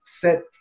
set